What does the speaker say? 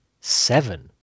seven